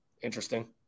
Interesting